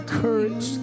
courage